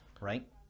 right